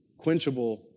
quenchable